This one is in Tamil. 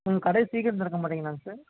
ம் கடையை சீக்கிரம் திறக்கமாட்டிங்களாங்க சார்